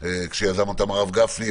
כשיזם אותם הרב גפני.